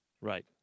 Right